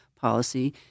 policy –